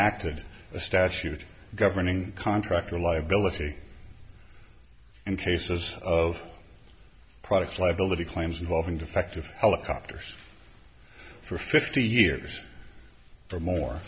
d a statute governing contract or liability in cases of products liability claims involving defective helicopters for fifty years or more